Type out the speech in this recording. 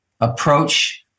approach